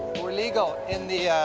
we're legal in the.